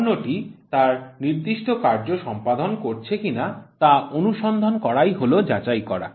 পণ্যটি তার নির্দিষ্ট কার্য সম্পাদন করছে কিনা তা অনুসন্ধান করাই হল যাচাই করা